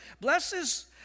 Blesses